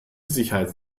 sicherheit